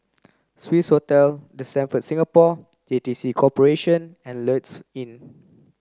Swissotel The Stamford Singapore J T C Corporation and Lloyds Inn